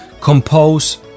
compose